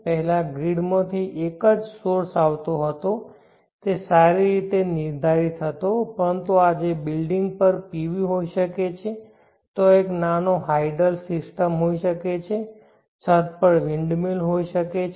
પહેલાં ગ્રીડમાંથી એક જ સોર્સ આવતો હતો તે સારી રીતે નિર્ધારિત હતો પરંતુ આજે બિલ્ડિંગ પર PV હોઈ શકે છે ત્યાં એક નાનો હાઇડલ સિસ્ટમ હોઈ શકે છે છત પર વિન્ડમીલ હોઈ શકે છે